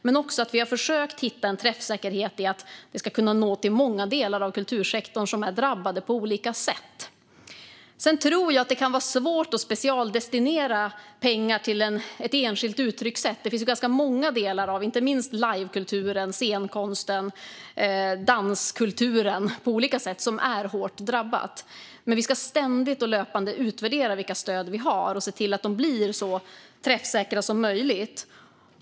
Men vi har också försökt få träffsäkerhet så att de ska kunna nå många delar av kultursektorn, som är drabbade på olika sätt. Jag tror att det kan vara svårt att specialdestinera pengar till ett enskilt uttryckssätt. Det finns ju ganska många delar i inte minst livekulturen, scenkonsten och danskulturen som är hårt drabbade. Men vi ska ständigt och löpande utvärdera vilka stöd vi har och se till att de blir så träffsäkra som möjligt.